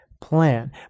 plan